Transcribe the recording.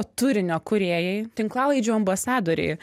turinio kūrėjai tinklalaidžių ambasadoriai